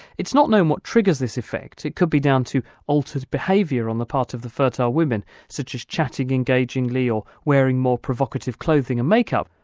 it's not known what triggers the effect. it could be down to altered behaviour on the part of the fertile women, such as chatting engagingly or wearing more provocative clothing and make up,